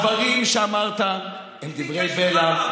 הדברים שאמרת הם דברי בלע.